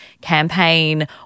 campaign